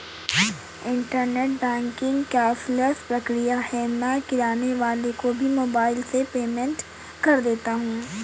internet banking cashless प्रक्रिया है मैं किराने वाले को भी मोबाइल से पेमेंट कर देता हूँ